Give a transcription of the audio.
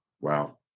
Wow